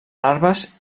larves